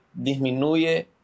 Disminuye